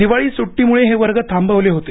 दिवाळी सुटीमुळे हे वर्ग थांबवले होते